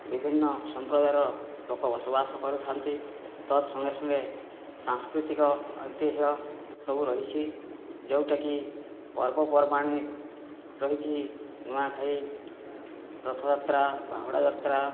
ବିଭିନ୍ନ ସମ୍ପ୍ରଦାୟର ଲୋକ ବସବାସ କରିଥାନ୍ତି ତତ୍ ସଙ୍ଗେ ସଙ୍ଗେ ସାଂସ୍କୃତିକ ଐତିହ୍ୟ ସବୁ ରହିଛି ଯେଉଁଟାକି ପର୍ବପର୍ବାଣି ରହିଛି ନୂଆଖାଇ ରଥଯାତ୍ରା ବାହୁଡ଼ା ଯାତ୍ରା